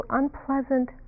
unpleasant